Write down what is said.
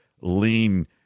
lean